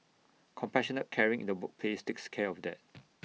compassionate caring in the workplace takes care of that